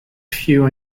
few